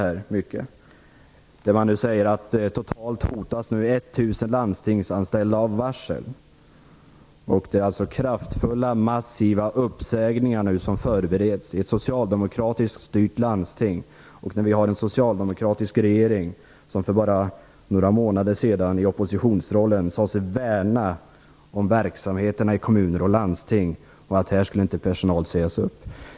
Där står att totalt hotas nu 1 000 landstingsanställda om varsel. Det är kraftfulla och massiva uppsägningar som förbereds i ett socialdemokratiskt styrt landsting. Vi har en socialdemokratisk regering som för bara några månader sedan, i oppositionsrollen, sade sig värna om verksamheterna i kommuner och landsting och sade att personal inte skulle sägas upp.